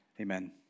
Amen